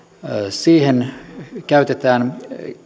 käytetään